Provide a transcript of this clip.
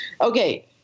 Okay